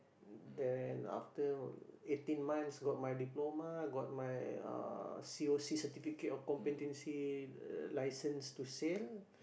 then after eighteen months got my diploma got my uh c_o_c certificate of competency license to sail